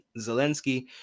Zelensky